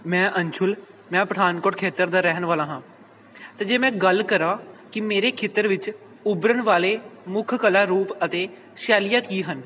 ਮੈਂ ਅੰਸ਼ੁਲ ਮੈਂ ਪਠਾਨਕੋਟ ਖੇਤਰ ਦਾ ਰਹਿਣ ਵਾਲਾ ਹਾਂ ਅਤੇ ਜੇ ਮੈਂ ਗੱਲ ਕਰਾਂ ਕਿ ਮੇਰੇ ਖੇਤਰ ਵਿੱਚ ਉਭਰਨ ਵਾਲੇ ਮੁੱਖ ਕਲਾ ਰੂਪ ਅਤੇ ਸ਼ੈਲੀਆਂ ਕੀ ਹਨ